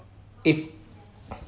if